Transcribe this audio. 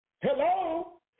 Hello